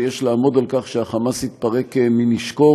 ויש לעמוד על כך שהחמאס יתפרק מנשקו.